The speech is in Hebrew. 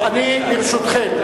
טוב, ברשותכם.